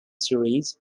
series